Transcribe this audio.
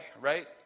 right